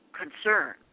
concern